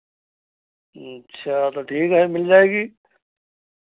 अच्छा तो ठीक है मिल जाएगी